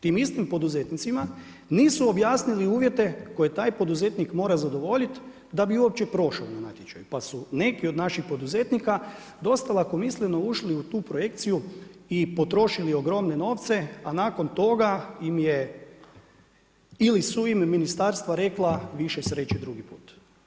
Tim istim poduzetnicima, nisu objasnili uvjete koji taj poduzetnik mora zadovoljiti, da bi uopće prošao na natječaju, pa su neki od naših poduzetnika, dosta misleno ušli u tu projekciju i potrošili ogromne novce, a nakon toga im je ili su im ministarstva rekla, više sreće drugi put.